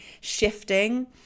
shifting